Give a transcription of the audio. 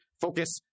focus